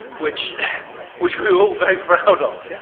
which which we were all very proud of.